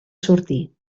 sortir